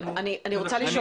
אני רוצה לשאול